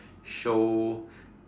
show